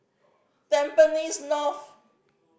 Tampines North